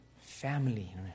family